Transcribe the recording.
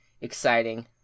exciting